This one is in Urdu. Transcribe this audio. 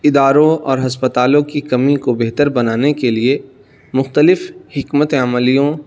اداروں اور ہسپتالوں کی کمی کو بہتر بنانے کے لیے مختلف حکمت عملیوں